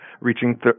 reaching